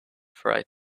freight